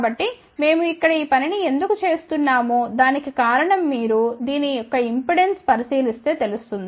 కాబట్టి మేము ఇక్కడ ఈ పనిని ఎందుకు చేస్తున్నామో దానికి కారణం మీరు దీని యొక్కఇంపెడెన్స్ పరిశీలిస్తే తెలుస్తుంది